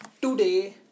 Today